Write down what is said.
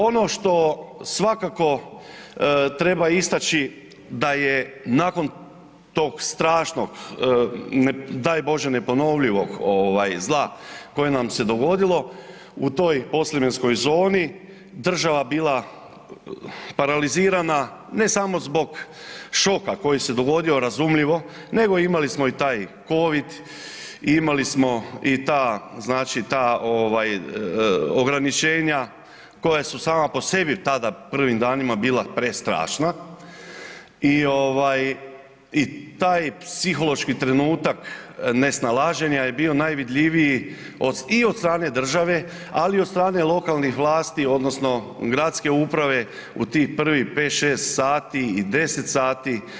Ono što svakako treba istaći da je nakon tog strašnog daj Bože neponovljivog zla koje nam se dogodilo u toj podsljemenskoj zoni država bila paralizirana, ne samo zbog šoka koji se dogodio razumljivo, nego imali smo i taj covid, imali smo i ta, znači ta, ovaj ograničenja koja su sama po sebi tada u prvim danima bila prestrašna i ovaj i taj psihološki trenutak nesnalaženja je bio najvidljiviji od, i od strane države, ali i od strane lokalnih vlasti odnosno gradske uprave u tih prvih 5-6 sati i 10 sati.